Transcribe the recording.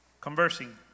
Conversing